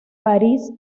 parís